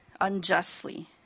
unjustly